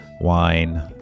wine